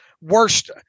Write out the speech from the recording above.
worst –